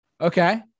Okay